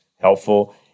helpful